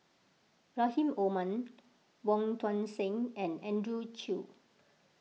Rahim Omar Wong Tuang Seng and Andrew Chew